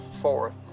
fourth